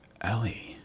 ellie